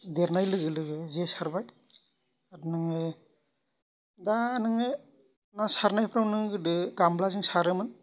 देरनाय लोगो लोगो जे सारबाय आर नोङो दा नोङो ना सारनायफ्राव नों गोदो गामलाजों सारोमोन